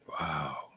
Wow